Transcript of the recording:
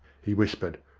he whispered.